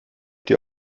dir